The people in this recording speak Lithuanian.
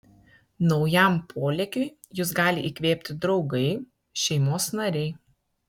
naujam polėkiui jus gali įkvėpti draugai šeimos nariai